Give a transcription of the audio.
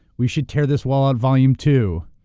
we should tear this wall out volume two.